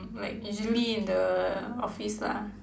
like usually in the office lah